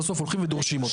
בסוף הולכים ודורשים אותו.